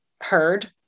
heard